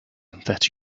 that